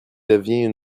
devient